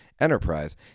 enterprise